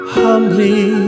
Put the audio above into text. humbly